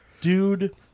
dude